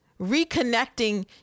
reconnecting